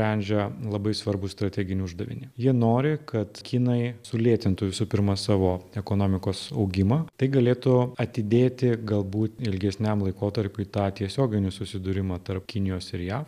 sprendžia labai svarbų strateginį uždavinį jie nori kad kinai sulėtintų visų pirma savo ekonomikos augimą tai galėtų atidėti galbūt ilgesniam laikotarpiui tą tiesioginių susidūrimų tarp kinijos ir jav